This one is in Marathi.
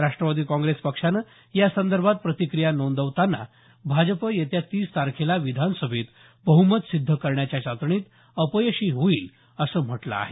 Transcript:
राष्ट्रवादी काँग्रेस पक्षानं या संदर्भात प्रतिक्रिया नोंदवताना भाजप येत्या तीस तारखेला विधानसभेत बहुमत सिद्ध करण्याच्या चाचणीत अयशस्वी होईल असं म्हटलं आहे